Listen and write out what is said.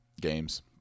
games